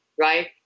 right